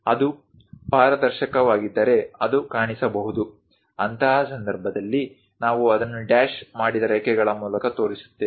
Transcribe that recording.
ಅದು ಪಾರದರ್ಶಕವಾಗಿದ್ದರೆ ಅದು ಕಾಣಿಸಬಹುದು ಅಂತಹ ಸಂದರ್ಭದಲ್ಲಿ ನಾವು ಅದನ್ನು ಡ್ಯಾಶ್ ಮಾಡಿದ ರೇಖೆಗಳ ಮೂಲಕ ತೋರಿಸುತ್ತೇವೆ